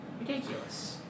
ridiculous